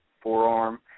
forearm